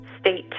State